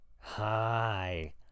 Hi